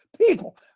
people